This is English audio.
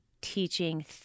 teaching